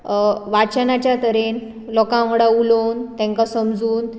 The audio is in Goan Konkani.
वाचनाच्या तरेन लोकां वांगडा उलोवन तेंकां समजून